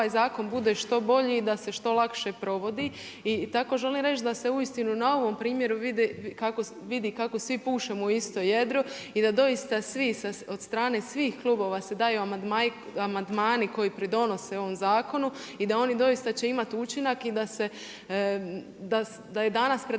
da ovaj zakon bude što bolji i da se što lakše provodi i tako želim reći da se uistinu na ovom primjeru vidi kako svi pušemo u isto jedro i da doista svi od strane svih klubova se daju amandmani koji pridonose ovom zakonu i da oni doista će imati učinak i da je danas jedna